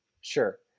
Sure